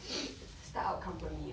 是 start up company ah